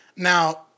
Now